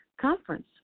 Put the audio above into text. conference